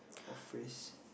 or phrase